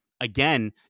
again